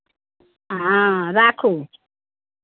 हँ राखू